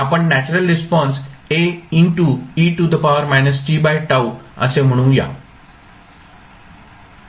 आपण natural response असे म्हणू या